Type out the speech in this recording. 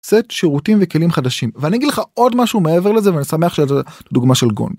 סט שירותים וכלים חדשים. ואני אגיד לך עוד משהו מעבר לזה, ואני שמח שזה דוגמה של גונג.